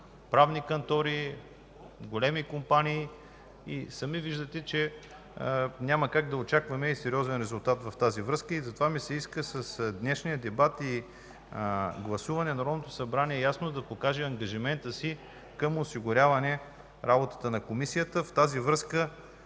правни кантори, големи компании и сами виждате, че няма как да очакваме и сериозен резултат в тази връзка. Затова ми се иска с днешния дебат и гласуване Народното събрание ясно да покаже ангажимента си към осигуряване работата на Комисията. В тази връзка